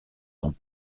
dans